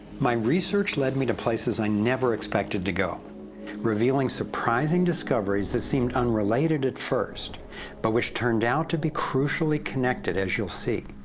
my research led me to places, i never expected to go revealing surprising discoveries, that seemed unrelated at first but which turned out to be crucially connected, as you'll see.